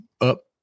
up